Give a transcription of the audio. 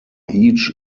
each